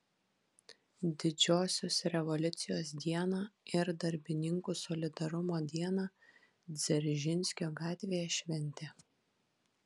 didžiosios revoliucijos dieną ir darbininkų solidarumo dieną dzeržinskio gatvėje šventė